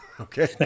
okay